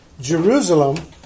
Jerusalem